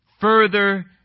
further